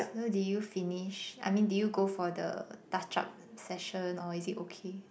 so did you finish I mean did you go for the touch up session or is it okay